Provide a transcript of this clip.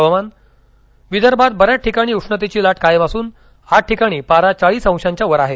हवामान् विदर्भात बऱ्याच ठिकाणी उष्णतेची लाट कायम असून आठ ठिकाणी पार चाळीस अंशांच्या वर आहे